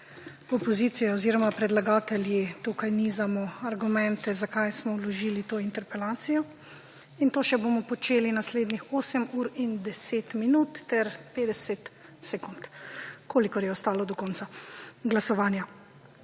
opozicija oziroma predlagatelji tukaj nizamo argumente, zakaj smo vložili to interpelacijo. In bomo še počeli naslednjih 8 ur in 10 minut ter 50 sekund, kolikor je ostalo do konca glasovanja.